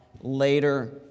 later